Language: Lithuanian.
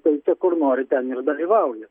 tai čia kur nori ten ir dalyvauji